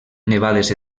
nevades